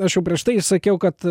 aš jau prieš tai sakiau kad